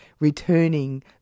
returning